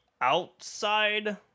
outside